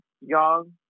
Young